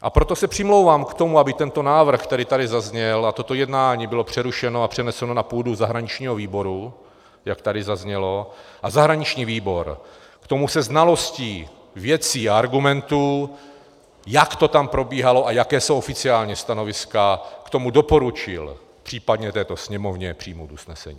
A proto se přimlouvám k tomu, aby tento návrh, který tady zazněl, a toto jednání bylo přerušeno a přeneseno na půdu zahraničního výboru, jak tady zaznělo, a zahraniční výbor k tomu se znalostí věcí a argumentů, jak to tam probíhalo a jaká jsou oficiální stanoviska, k tomu případně doporučil této Sněmovně přijmout usnesení.